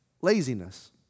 laziness